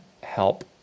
help